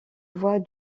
voix